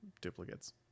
duplicates